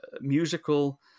musical